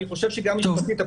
אני חושב שגם משפטית,